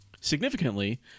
Significantly